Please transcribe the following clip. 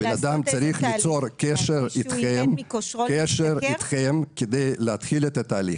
הבן אדם צריך ליצור קשר איתכם כדי להתחיל את התהליך.